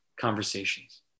conversations